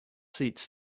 seats